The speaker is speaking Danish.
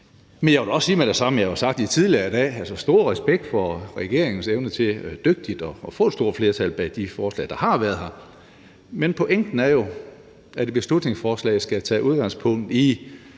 Men jeg vil da også sige med det samme, og jeg har sagt det tidligere i dag, at jeg har stor respekt for regeringens evne til dygtigt at få store flertal bag de forslag, der har været. Men pointen er jo, at et beslutningsforslag skal tage udgangspunkt i